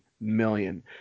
million